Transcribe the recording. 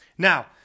Now